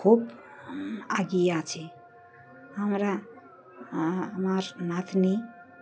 খুব আগিয়ে আছে আমরা আমার নাতনি